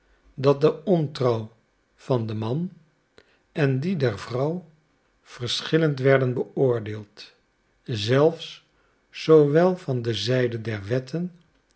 dat de ontrouw van den man en die der vrouw verschillend werden beoordeeld zelfs zoowel van de zijde der wetten